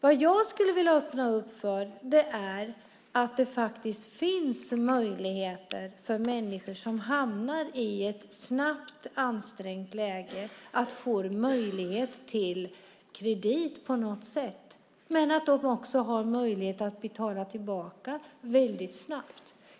Vad jag skulle vilja öppna för är möjlighet för människor som hamnar i ett snabbt ansträngt läge att få kredit på något sätt, men att de också har möjlighet att betala tillbaka väldigt snabbt.